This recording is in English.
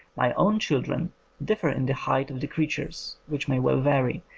my own children differ in the height of the creatures, which may well vary,